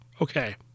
Okay